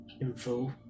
info